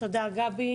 תודה גבי.